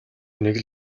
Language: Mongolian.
нэг